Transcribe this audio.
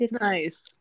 nice